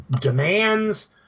demands